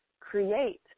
create